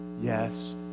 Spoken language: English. Yes